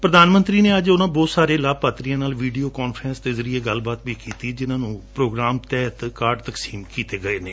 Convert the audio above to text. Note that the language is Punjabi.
ਪ੍ਰਧਾਨ ਮੰਤਰੀ ਨੇ ਅੱਜ ਉਨੂਾ ਬਹੁਤ ਸਾਰੇ ਲਾਭ ਪਾਤਰੀਆਂ ਨਾਲ ਵੀਡੀਓ ਕਾਨਫਰੰਸ ਦੇ ਜ਼ਰਿਏ ਗੱਲਬਾਤ ਵੀ ਕੀਤੀ ਜਿਨੁਾਂ ਨੂੰ ਇਸ ਪ੍ਰੋਗਰਾਮ ਤਹਿਤ ਕਾਰਡ ਤਕਸੀਮ ਕੀਤੇ ਗਏ ਨੇ